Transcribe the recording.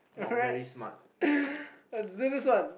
alright let's do this one